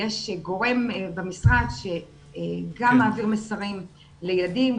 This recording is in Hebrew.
יש גורם במשרד שגם מעביר מסרים לילדים,